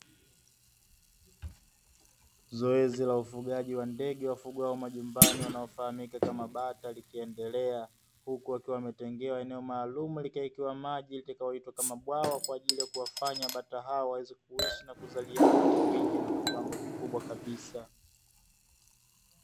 Zoezi la ufugaji wa ndege wafugwao majumbani wanaofahamika kama bata likiendelea, huku wakiwa wametengewa eneo maalumu likawekewa maji litakaloitwa kama bwawa kwa ajili ya kuwafanya bata hawa waweze kuishi na kuzaliana kwa wingi na kwa kiwango kikubwa kabisa.